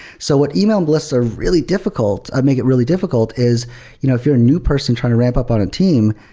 so what e-mail lists are really difficult, make it really difficult is you know if you're a new person trying to ramp up on a team,